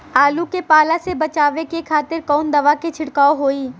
आलू के पाला से बचावे के खातिर कवन दवा के छिड़काव होई?